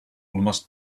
must